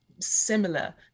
similar